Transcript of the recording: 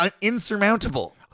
insurmountable